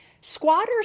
squatters